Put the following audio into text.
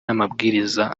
n’amabwiriza